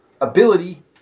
ability